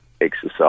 exercise